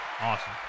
Awesome